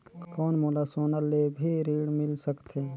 कौन मोला सोना ले भी ऋण मिल सकथे?